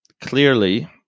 clearly